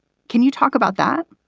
can you talk about that?